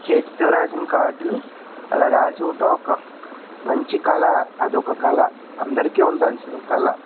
చేతితో రాసిన కార్డులు అలా రాసి ఇవ్వటం ఒక మంచి కళ అదొక కళ అందరికీ ఉండాల్సిన కళ